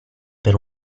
per